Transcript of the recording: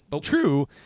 True